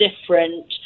different